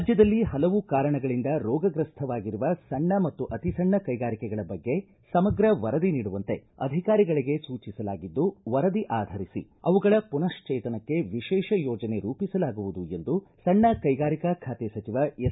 ರಾಜ್ಞದಲ್ಲಿ ಹಲವು ಕಾರಣಗಳಿಂದ ರೋಗ್ರಸ್ವಾಗಿರುವ ಸಣ್ಣ ಮತ್ತು ಅತಿಸಣ್ಣ ಕೈಗಾರಿಕೆಗಳ ಬಗ್ಗೆ ಸಮಗ್ರ ವರದಿ ನೀಡುವಂತೆ ಅಧಿಕಾರಿಗಳಿಗೆ ಸೂಚಿಸಲಾಗಿದ್ದು ವರದಿ ಆಧರಿಸಿ ಅವುಗಳ ಮನಃಶ್ವೇತನಕ್ಕೆ ವಿಶೇಷ ಯೋಜನೆ ರೂಪಿಸಲಾಗುವುದು ಎಂದು ಸಣ್ಣ ಕೈಗಾರಿಕಾ ಖಾತೆ ಸಚಿವ ಎಸ್